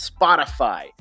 Spotify